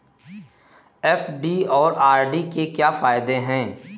FD और RD के क्या फायदे हैं?